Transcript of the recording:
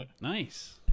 nice